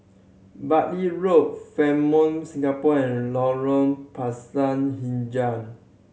Bartley Road Fairmont Singapore and Lorong Pisang Hijau